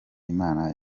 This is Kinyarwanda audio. imana